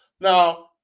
Now